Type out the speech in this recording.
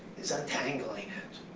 is untangling it.